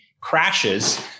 crashes